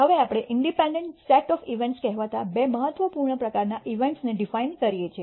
હવે આપણે independent sets of event કહેવાતા બે મહત્વપૂર્ણ પ્રકારનાં ઇવેન્ટ્સને ડિફાઇન કરીએ છીએ